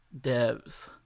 Devs